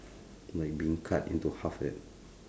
like being cut into half like that